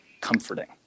comforting